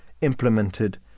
implemented